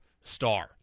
star